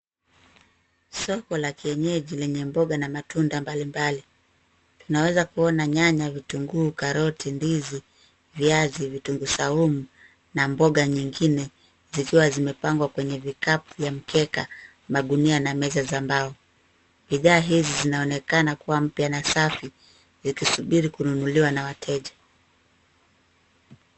Soko la kienyeji lenye mboga na matunda mbalimbali. Tunaweza kuona nyanya, vitunguu, karoti, ndizi, viazi, vitunguu saumu na mboga nyingine zikiwa zimepangwa kwenye vikapu vya mkeka, magunia na meza za mbao. Bidhaa hizi zinaonekana kuwa mpya na safi zikisubiri kununuliwa na wateja.